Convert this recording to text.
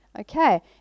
Okay